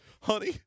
Honey